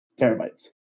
terabytes